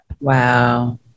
Wow